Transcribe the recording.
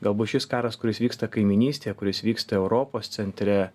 galbūt šis karas kuris vyksta kaimynystėje kuris vyksta europos centre